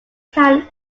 town